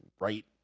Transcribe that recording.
right